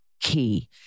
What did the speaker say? key